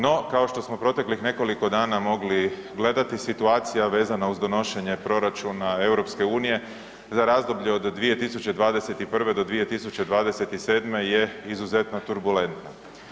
No, kao što smo proteklih nekoliko dana mogli gledati situacija vezana uz donošenje proračuna EU za razdoblje 2021. do 2027. je izuzetno turbulentno.